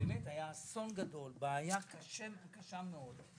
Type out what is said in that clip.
היה אסון גדול, זאת הייתה בעיה קשה מאוד,